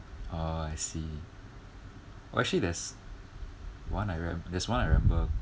ah I see oh actually there's one I rem~ there's one I remember